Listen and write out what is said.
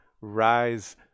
rise